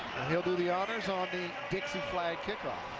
he will do the honors on the dixie flag kickoff.